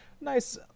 nice